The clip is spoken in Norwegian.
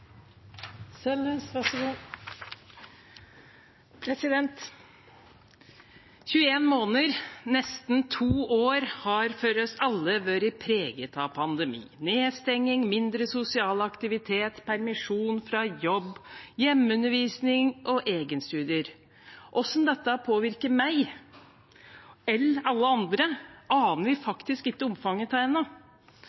måneder – nesten to år – har for oss alle vært preget av pandemi, med nedstengning, mindre sosial aktivitet, permisjon fra jobb, hjemmeundervisning og egenstudier. Hvordan dette påvirker meg eller alle andre, aner vi